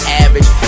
average